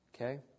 Okay